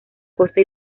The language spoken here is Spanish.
costa